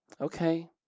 okay